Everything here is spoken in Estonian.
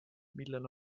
millel